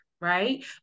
right